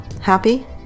Happy